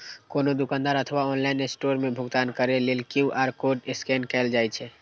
कोनो दुकान अथवा ऑनलाइन स्टोर मे भुगतान करै लेल क्यू.आर कोड स्कैन कैल जाइ छै